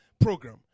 program